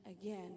again